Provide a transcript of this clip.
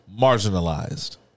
marginalized